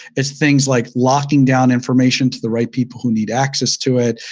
it's things like locking down information to the right people who need access to it.